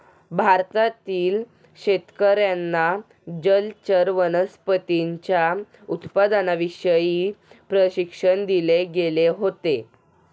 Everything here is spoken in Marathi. भारतातील शेतकर्यांना जलचर वनस्पतींच्या उत्पादनाविषयी प्रशिक्षण दिले गेले होते